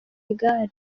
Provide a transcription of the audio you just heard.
igare